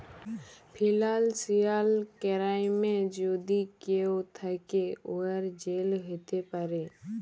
financial কেরাইমে যদি কেউ থ্যাকে, উয়ার জেল হ্যতে পারে